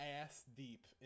ass-deep